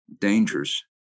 dangers